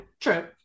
True